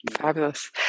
Fabulous